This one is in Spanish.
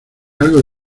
algo